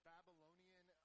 Babylonian